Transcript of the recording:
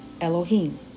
Elohim